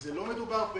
לא היה מדובר שם